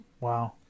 Wow